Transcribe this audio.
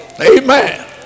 Amen